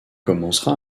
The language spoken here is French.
commencera